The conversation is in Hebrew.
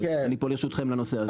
ואני פה לרשותכם לנושא הזה.